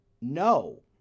no